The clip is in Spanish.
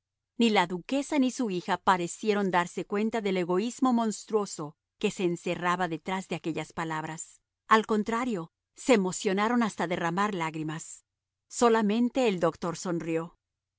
ni la duquesa ni su hija parecieron darse cuenta del egoísmo monstruoso que se encerraba detrás de aquellas palabras al contrario se emocionaron hasta derramar lágrimas solamente el doctor sonrió